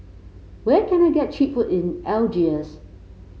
where can I get cheap food in Algiers